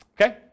Okay